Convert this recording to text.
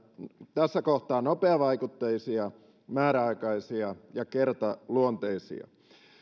tässä kohtaa nopeavaikutteisia määräaikaisia ja kertaluonteisia